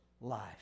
life